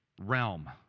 realm